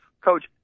Coach